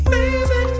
Baby